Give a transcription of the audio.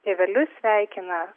tėvelius sveikina